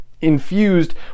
Infused